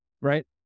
Right